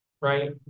right